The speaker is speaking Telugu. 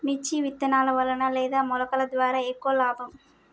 మిర్చి విత్తనాల వలన లేదా మొలకల ద్వారా ఎక్కువ లాభం?